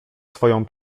swoją